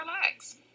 relax